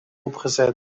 opgezet